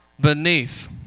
beneath